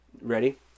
Ready